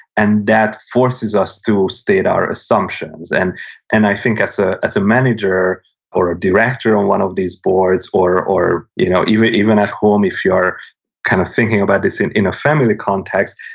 and that forces us to state our assumptions. and and i think ah as a manager or a director on one of these boards or or you know even even at home if you're kind of thinking about this in in a family context,